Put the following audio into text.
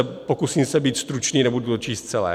Pokusím se být stručný, nebudu to číst celé.